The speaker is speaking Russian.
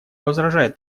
возражает